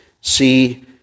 see